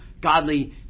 godly